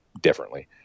differently